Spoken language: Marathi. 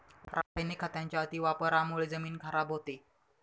रासायनिक खतांच्या अतिवापरामुळे जमीन खराब होते